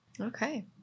Okay